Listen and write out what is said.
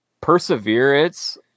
perseverance